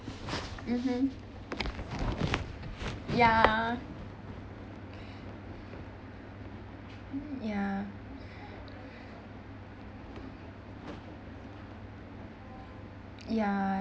mmhmm ya ya ya